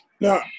No